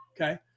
Okay